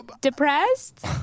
depressed